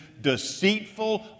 deceitful